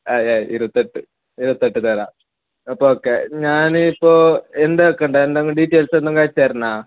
ആ ആ ഇരുപത്തെട്ട് ഇരുപത്തെട്ട് തരാം അപ്പോൾ ഓക്കെ ഞാനിപ്പോൾ എന്താണ് ആക്കേണ്ടത് എന്തെങ്കിലും ഡീറ്റെയിൽസ് എന്തെങ്കിലും അയച്ചുതരണോ